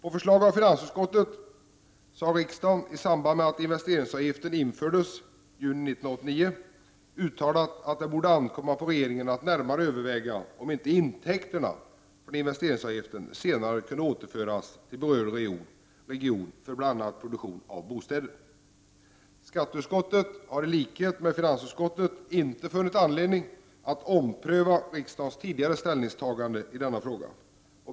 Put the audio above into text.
På förslag av finansutskottet har riksdagen, i samband med att investeringsavgiften infördes i juni 1989, uttalat att det borde ankomma på regeringen att närmare överväga om inte intäkterna från investeringsavgiften senare kunde återföras till berörd region för bl.a. produktion av bostäder. Skatteutskottet har i likhet med finansutskottet inte funnit anledning att ompröva riksdagens tidigare ställningstagande i denna fråga.